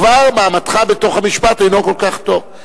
כבר מעמדך במשפט אינו כל כך טוב.